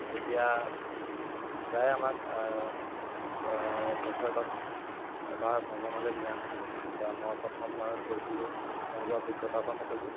তেতিয়া প্ৰায় আমাক বছৰেকত এবাৰ ভ্ৰমণলৈ নিয়া হৈছিলে তেতিয়া মই প্ৰথমবাৰ গৈছিলো মই নিজৰ অভিজ্ঞতাৰ পৰা মই কৈছোঁ